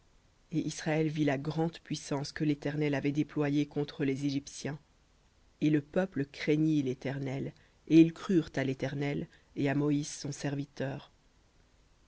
et israël vit la grande puissance que l'éternel avait déployée contre les égyptiens et le peuple craignit l'éternel et ils crurent à l'éternel et à moïse son serviteur